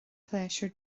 pléisiúr